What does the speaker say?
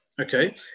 Okay